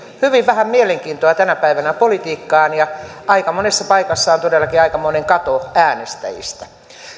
hyvin vähän mielenkiintoa tänä päivänä politiikkaan ja aika monessa paikassa on todellakin aikamoinen kato äänestäjistä